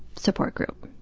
support group.